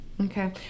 Okay